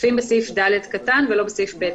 מופיעים בסעיף (ד) ולא בסעיף (ב).